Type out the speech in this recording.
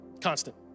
constant